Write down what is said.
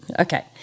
Okay